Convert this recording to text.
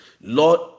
Lord